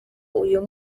uyu